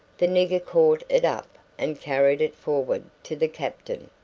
the nigger caught it up and carried it forward to the captain.